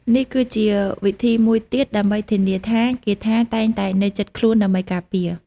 នេះគឺជាវិធីមួយទៀតដើម្បីធានាថាគាថាតែងតែនៅជិតខ្លួនដើម្បីការពារ។